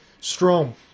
Strom